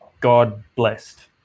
God-blessed